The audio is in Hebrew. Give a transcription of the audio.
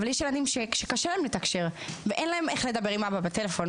אבל יש ילדים שקשה להם לתקשר ואין להם איך לדבר עם אבא בטלפון,